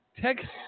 Texas